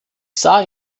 sah